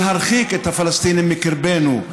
להרחיק את הפלסטינים מקרבנו,